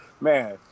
man